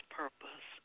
purpose